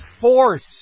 force